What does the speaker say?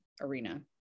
arena